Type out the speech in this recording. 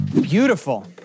Beautiful